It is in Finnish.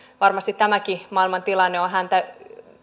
varmasti tämäkin maailmantilanne on häntä